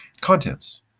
contents